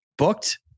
booked